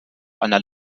einer